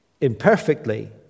imperfectly